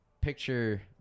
picture